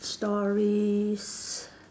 stories